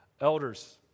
elders